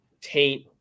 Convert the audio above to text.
taint